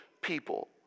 people